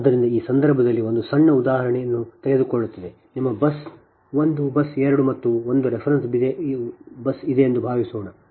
ಆದ್ದರಿಂದ ಈ ಸಂದರ್ಭದಲ್ಲಿ ಒಂದು ಸಣ್ಣ ಉದಾಹರಣೆಯನ್ನು ತೆಗೆದುಕೊಳ್ಳುತ್ತದೆ ನಿಮ್ಮ ಬಸ್ 1 ಬಸ್ 2 ಮತ್ತು 1 ರೆಫರೆನ್ಸ್ ಬಸ್ ಇದೆ ಎಂದು ಭಾವಿಸೋಣ